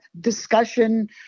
discussion